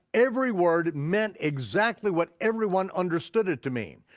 every word meant exactly what everyone understood it to mean.